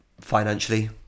Financially